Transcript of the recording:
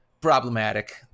problematic